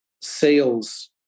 sales